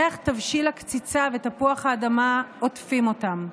ריח תבשיל הקציצה ותפוח האדמה עוטפים אותם.